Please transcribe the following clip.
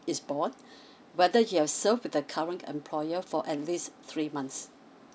is born whether you have served the current employer for at least three months